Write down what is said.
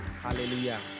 Hallelujah